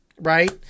right